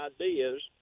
ideas